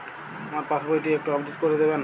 আমার পাসবই টি একটু আপডেট করে দেবেন?